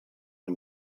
den